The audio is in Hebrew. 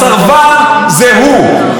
הסרבן זה הוא,